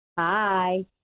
Hi